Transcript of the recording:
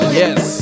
yes